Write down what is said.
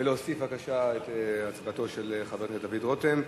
ולהוסיף, בבקשה, את הצבעתו של חבר הכנסת דוד רותם.